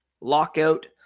lockout